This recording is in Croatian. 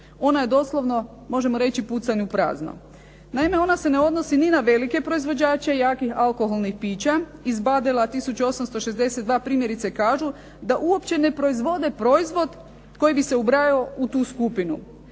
Ona je doslovno možemo reći pucanj u prazno. Naime, ona se ne odnosi ni na velike proizvođače jakih alkoholnih pića iz “Badela 1862“ primjerice kažu da uopće ne proizvode proizvod koji bi se ubrajao u tu skupinu,